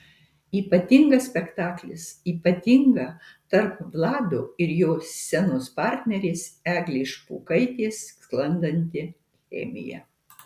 ypatingas spektaklis ypatinga tarp vlado ir jo scenos partnerės eglės špokaitės sklandanti chemija